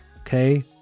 Okay